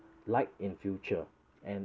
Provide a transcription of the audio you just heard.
like in future and